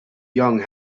young